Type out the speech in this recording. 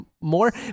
more